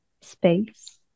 space